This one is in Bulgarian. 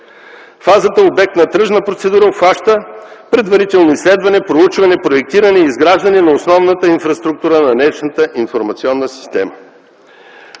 Фазата, обект на тръжна процедура, обхваща предварително изследване, проучване, проектиране и изграждане на основната инфраструктура на речната информационна система.